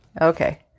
okay